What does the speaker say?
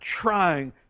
trying